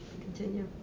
continue